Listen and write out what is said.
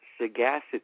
sagacity